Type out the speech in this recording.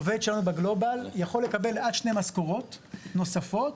עובד שלנו בגלובאל יכול לקבל עד שתי משכורות נוספות